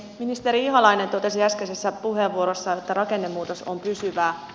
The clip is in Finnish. ministeri ihalainen totesi äskeisessä puheenvuorossaan että rakennemuutos on pysyvää